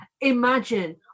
Imagine